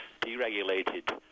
deregulated